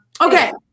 Okay